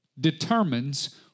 determines